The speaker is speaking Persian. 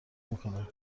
میکنم